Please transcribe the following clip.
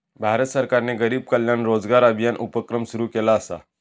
भारत सरकारने गरीब कल्याण रोजगार अभियान उपक्रम सुरू केला असा